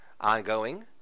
Ongoing